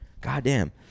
Goddamn